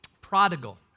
Prodigal